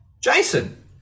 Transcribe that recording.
Jason